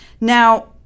Now